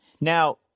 Now